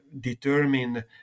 determine